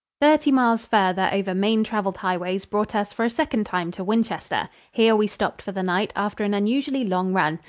thirty miles farther over main-traveled highways brought us for a second time to winchester. here we stopped for the night after an unusually long run.